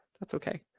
that's okay.